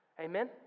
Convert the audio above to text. Amen